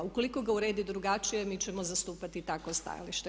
Ukoliko ga uredi drugačije mi ćemo zastupati takvo stajalište.